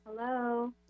Hello